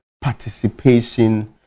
participation